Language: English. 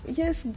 yes